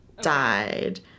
died